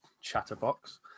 Chatterbox